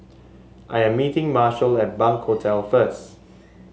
I'm meeting Marshal at Bunc Hostel first